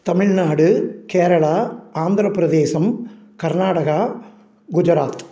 Tamil Nadu Kerala Andhra Pradesh Karnataka Gujarat